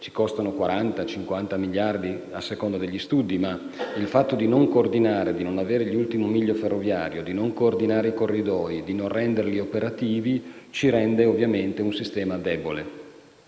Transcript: ci costano 40-50 miliardi, a seconda degli studi, ma il fatto di non coordinare, di non avere l'ultimo miglio ferroviario, di non coordinare i corridoi, di non renderli operativi, ci rende ovviamente un sistema debole.